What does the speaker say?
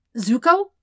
Zuko